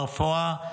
ברפואה,